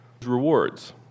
Rewards